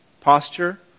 posture